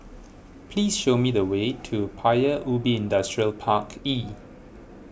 please show me the way to Paya Ubi Industrial Park E